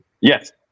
yes